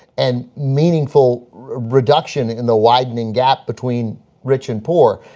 and meaningful reduction in the widening gap between rich and poor,